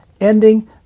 ending